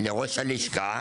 לראש הלשכה,